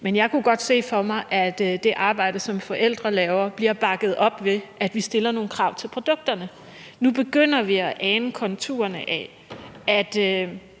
Men jeg kunne godt se for mig, at det arbejde, som forældrene laver, bliver bakket op, ved at vi stiller nogle krav til produkterne. Nu begynder vi at ane konturerne af, at